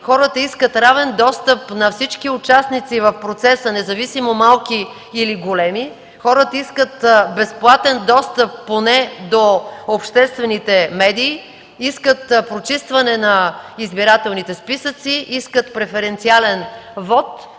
хората искат равен достъп на всички участници в процеса, независимо малки или големи, хората искат безплатен достъп поне до обществените медии, искат прочистване на избирателните списъци, искат преференциален вот,